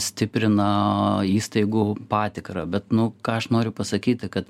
stiprina įstaigų patikrą bet nu ką aš noriu pasakyti kad